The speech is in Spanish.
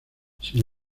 sin